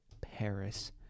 Paris